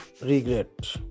regret